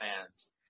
fans